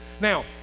Now